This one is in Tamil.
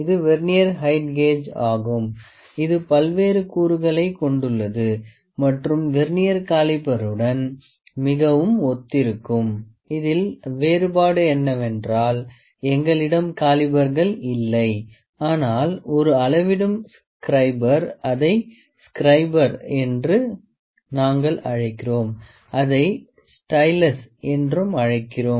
இது வெர்னியர் ஹைட் கேஜ் ஆகும் இது பல்வேறு கூறுகளைக் கொண்டுள்ளது மற்றும் வெர்னியர் காலிப்பருடன் மிகவும் ஒத்திருக்கும் இதில் வேறுபாடு என்னவென்றால் எங்களிடம் காலிபர்கள் இல்லை ஆனால் ஒரு அளவிடும் ஸ்க்ரைபர் அதை ஸ்க்ரைபர் நங்கள் அழைக்கிறோம் அதை ஸ்டைலஸ் என்றும் அழைக்கிறோம்